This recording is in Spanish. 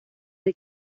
del